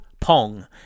Pong